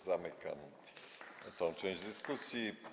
Zamykam tę część dyskusji.